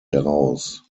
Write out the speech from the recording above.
heraus